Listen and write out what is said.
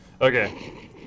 Okay